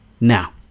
now